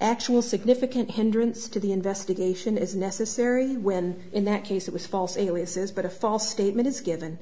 actual significant hindrance to the investigation is necessary when in that case it was false aliases but a false statement is given